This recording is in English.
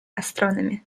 astronomy